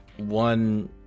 one